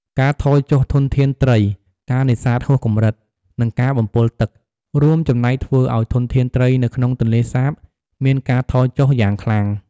ការថយចុះធនធានត្រី ការនេសាទហួសកម្រិត និង ការបំពុលទឹក រួមចំណែកធ្វើឱ្យធនធានត្រីនៅក្នុងទន្លេសាបមានការថយចុះយ៉ាងខ្លាំង។